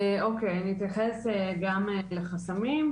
אני אתייחס גם לחסמים,